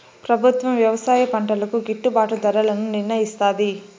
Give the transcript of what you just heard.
ప్రభుత్వం వ్యవసాయ పంటలకు గిట్టుభాటు ధరలను నిర్ణయిస్తాది